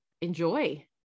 enjoy